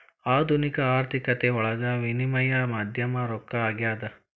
ಆಧುನಿಕ ಆರ್ಥಿಕತೆಯೊಳಗ ವಿನಿಮಯ ಮಾಧ್ಯಮ ರೊಕ್ಕ ಆಗ್ಯಾದ